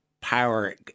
power